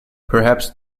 perhaps